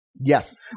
yes